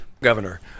Governor